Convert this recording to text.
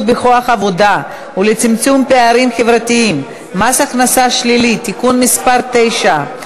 בכוח העבודה ולצמצום פערים חברתיים (מס הכנסה שלילי) (תיקון מס' 9),